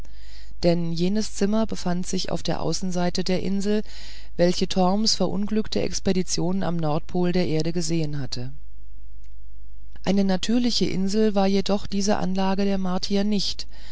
denn jenes zimmer befand sich auf der außenseite der insel welche torms verunglückte expedition am nordpol der erde gesehen hatte eine natürliche insel war jedoch diese anlage der martier nicht